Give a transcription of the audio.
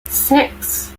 six